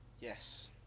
Yes